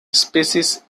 species